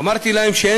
אמרתי להם שאין